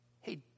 hey